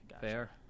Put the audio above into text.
Fair